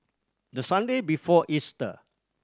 the Sunday before Easter